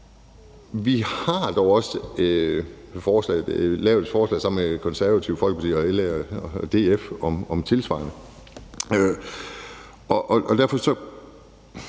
Vi har dog også lavet et forslag sammen med Det Konservative Folkeparti, LA og DF om noget tilsvarende,